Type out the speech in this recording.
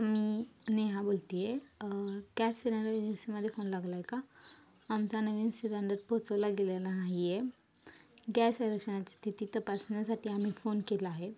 मी नेहा बोलते आहे gas cylinder एजन्सीमध्ये फोन लागला आहे का आमचा नवीन सिलेंडर पोचवला गेलेला नाही आहे गॅस आरक्षणाची स्थिती तपासण्यासाठी आम्ही फोन केला आहे